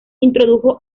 introdujo